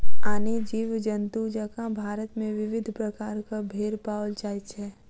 आने जीव जन्तु जकाँ भारत मे विविध प्रकारक भेंड़ पाओल जाइत छै